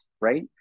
right